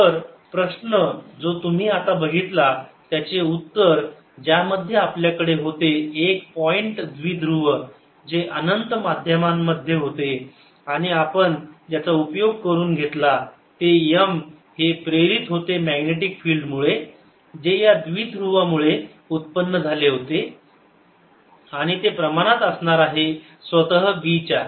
तर प्रश्न जो तुम्ही आता बघितला त्याचे उत्तर ज्यामध्ये आपल्याकडे होते एक पॉईंट द्विध्रुव जे अनंत माध्यमांमध्ये होते आणि आपण ज्याचा उपयोग करून घेतला ते M हे प्रेरित होते मॅग्नेटिक फिल्ड मुळे जे या द्विध्रुव यामुळे उत्पन्न झाले होते आणि ते प्रमाणात असणार आहे स्वतः B च्या